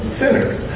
sinners